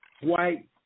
white